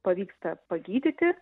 pavyksta pagydyti